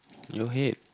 your head